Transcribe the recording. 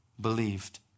believed